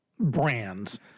brands